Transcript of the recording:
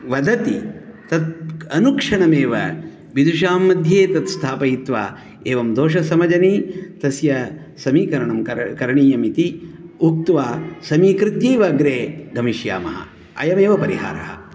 वदति अनुक्षणमेव विदूषां मध्ये तत् स्थापयित्वा एवं दोषसमजनी तस्य समीकरणं करणीयम् इति उक्त्वा समीकृत्यैव अग्रे गमिष्यामः अयमेव परिहारः